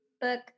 book